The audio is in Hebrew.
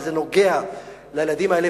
וזה נוגע לילדים האלה,